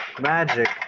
magic